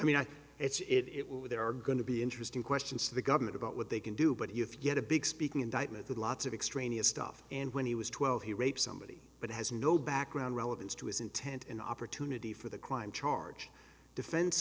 think it's it it will there are going to be interesting questions to the government about what they can do but if you get a big speaking indictment with lots of extraneous stuff and when he was twelve he rapes somebody but has no background relevance to his intent an opportunity for the crime charge defense